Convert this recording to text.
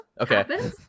Okay